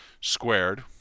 squared